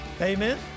amen